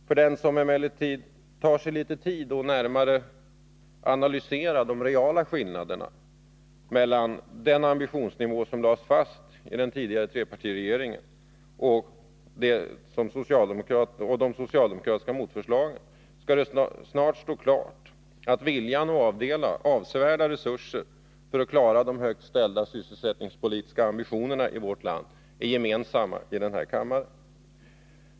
För den som emellertid tar sig litet tid att närmare analysera de skillnaderna mellan den ambitionsnivå som lades fast av den tidigare trepartiregeringen och de socialdemokratiska motförslagen skall det snart stå klart att viljan att avdela avsevärda resurser för att klara de höga sysselsättningspolitiska ambitionerna i vårt land är gemensam i den här kammaren.